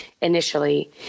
initially